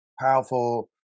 powerful